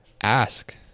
Ask